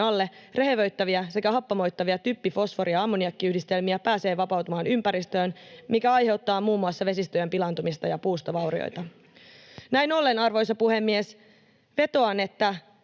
alle, rehevöittäviä sekä happamoittavia typpi-, fosfori- ja ammoniakkiyhdistelmiä pääsee vapautumaan ympäristöön, mikä aiheuttaa muun muassa vesistöjen pilaantumista ja puustovaurioita. Näin ollen, arvoisa puhemies, vetoan: Kun